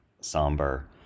somber